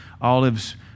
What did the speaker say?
olives